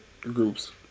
groups